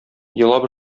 елап